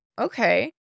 Okay